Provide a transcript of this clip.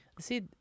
See